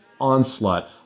onslaught